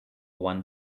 one